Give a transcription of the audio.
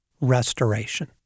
restoration